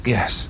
Yes